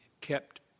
kept